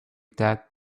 that